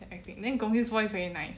ya I think then gong yoo voice very nice